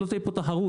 לא תהיה פה תחרות,